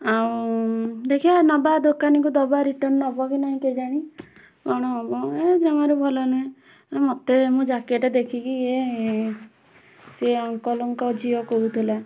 ଆଉ ଦେଖିବା ନେବା ଦୋକାନୀକୁ ଦେବା ରିଟର୍ଣ୍ଣ ନବ କି ନାହିଁ କେଜାଣି କ'ଣ ହବ ଏଇ ଜମାରୁ ଭଲ ନାହିଁ ଏ ମୋତେ ମୁଁ ଜ୍ୟାକେଟ୍ ଦେଖିକି ଇଏ ସିଏ ଅଙ୍କଲ୍ଙ୍କ ଝିଅ କହୁଥିଲା